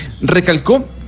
Recalcó